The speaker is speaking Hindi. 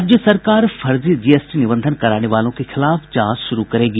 राज्य सरकार फर्जी जीएसटी निबंधन कराने वालों के खिलाफ जांच शुरू करेगी